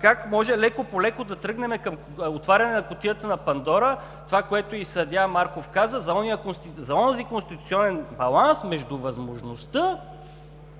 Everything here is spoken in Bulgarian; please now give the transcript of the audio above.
как може лека-полека да тръгнем към отваряне на кутията на Пандора – това, което и съдия Марков каза за онзи конституционен баланс между възможността